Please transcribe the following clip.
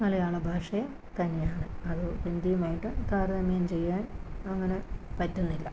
മലയാള ഭാഷയെ തന്നെയാണ് അത് ഹിന്ദിയുമായിട്ട് താരതമ്യം ചെയ്യാൻ അങ്ങനെ പറ്റുന്നില്ല